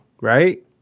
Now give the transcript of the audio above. right